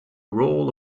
role